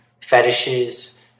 fetishes